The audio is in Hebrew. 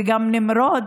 וגם את נמרוד,